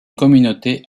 communauté